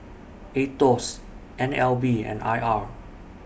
Aetos N L B and I R